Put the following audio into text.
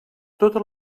totes